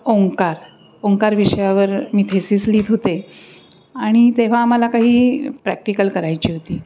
ओकार ओंकार विषयावर मी थेसिस लिहित होते आणि तेव्हा मला काही प्रॅक्टिकल करायची होती